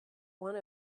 one